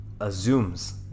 assumes